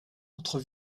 entre